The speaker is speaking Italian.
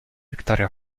victoria